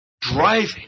driving